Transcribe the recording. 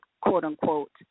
quote-unquote